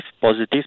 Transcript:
positive